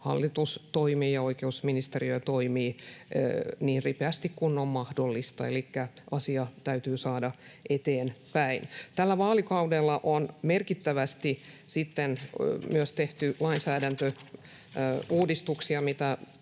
hallitus toimii ja oikeusministeriö toimii niin ripeästi kuin on mahdollista, elikkä asia täytyy saada eteenpäin. Tällä vaalikaudella on myös tehty merkittävästi lainsäädäntöuudistuksia, mitkä